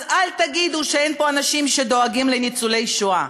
אז אל תגידו שאין פה אנשים שדואגים לניצולי שואה,